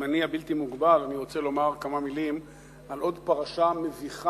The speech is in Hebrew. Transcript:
בזמני הבלתי-מוגבל אני רוצה לומר כמה מלים על עוד פרשה מביכה